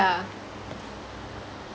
yeah